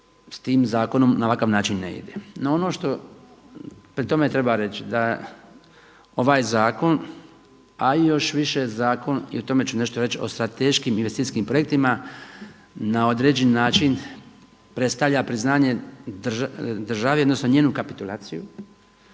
sa tim zakonom na ovakav način ne ide. No ono što pri tome treba reći da ovaj zakon a i još više zakon i o tome ću nešto reći o strateškim investicijskim projektima na određeni način predstavlja priznanje državi odnosno njenu kapitulaciju